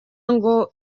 ngo